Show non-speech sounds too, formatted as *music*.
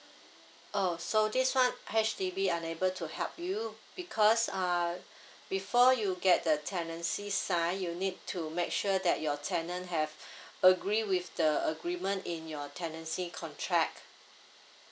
oh so this one H_D_B unable to help you because err before you get the tenancy sign you need to make sure that your tenant have *breath* agree with the agreement in your tenancy contract